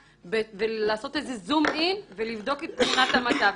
ולעשות איזה זום-אין ולבדוק את תמונת המצב.